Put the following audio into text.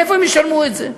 מאיפה הם ישלמו את זה?